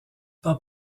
pas